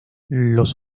los